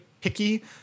picky